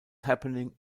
happening